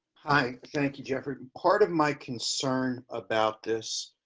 hi, thank you. jeffrey part of my concern about this.